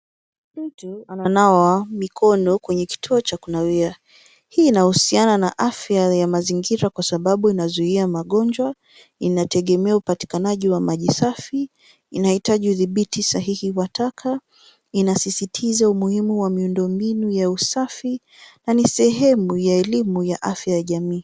Mtu ananawa mikono kwenye kituo cha kunawia. Hii inahusiana na afya ya mazingira kwa sababu inazuia magonjwa inategemea upatikanaji wa maji safi. Inahitaji udhibiti sahihi wa taka. Inasisitiza umuhimu wa miundo mbinu ya usafi na ni sehemu ya elimu ya afya ya jamii.